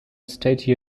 state